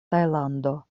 tajlando